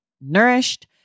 nourished